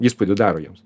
įspūdį daro jiems